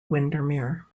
windermere